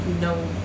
no